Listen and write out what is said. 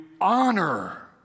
honor